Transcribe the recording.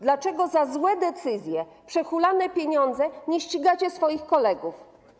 Dlaczego za złe decyzje, przehulane pieniądze nie ścigacie swoich kolegów?